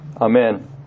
Amen